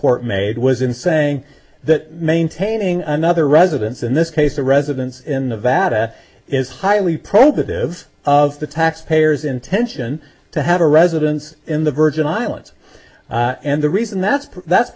court made was in saying that maintaining another residence in this case the residence in the vatican is highly provocative of the taxpayers intention to have a residence in the virgin islands and the reason that's that's